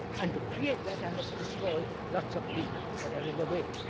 and to create that i must destroy lots of people because they are in the way.